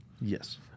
Yes